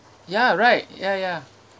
ya right ya ya